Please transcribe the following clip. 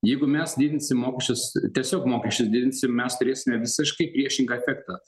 jeigu mes didinsim mokesčius tiesiog mokesčius didinsim mes turėsime visiškai priešingą efektą